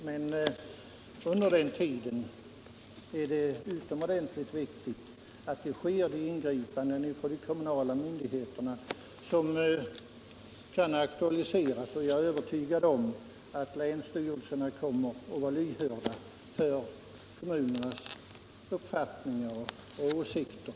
Men under den tiden är det utomordentligt viktigt att de ingripanden som kan aktualiseras verkligen görs av kommunala myndigheter, och jag är övertygad om att länsstyrelserna kommer att vara lyhörda för kommunernas uppfattningar och åsikter.